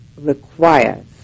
requires